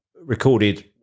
recorded